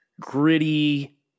Gritty